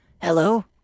Hello